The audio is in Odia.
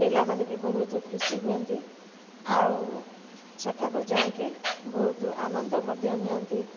ପିଲାମାନେ ବି ବହୁତ ଖୁସି ହୁଅନ୍ତି ଆଉ ସେଠାକୁ ଯାଇକି ବହୁତ ଆନନ୍ଦ ମଧ୍ୟ ନିଅନ୍ତି